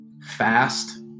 fast